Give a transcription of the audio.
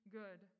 good